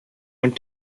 went